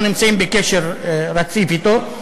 שאנחנו נמצאים בקשר רציף אתו,